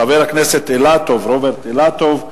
חבר הכנסת רוברט אילטוב.